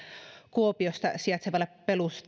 kuopiossa sijaitsevalle